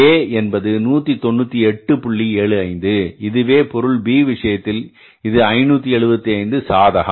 75 இதுவே பொருள் B விஷயத்தில் இது 575 சாதகம்